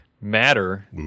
matter